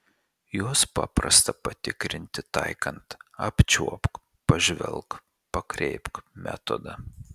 juos paprasta patikrinti taikant apčiuopk pažvelk pakreipk metodą